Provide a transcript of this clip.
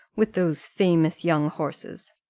with those famous young horses!